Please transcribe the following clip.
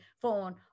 phone